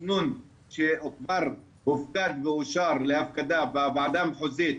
תכנון שהופקד או אושר להפקדה בוועדה המחוזית,